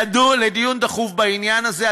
לדיון דחוף בעניין הזה.